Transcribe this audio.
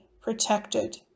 protected